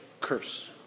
curse